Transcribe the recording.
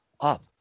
up